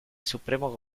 supremo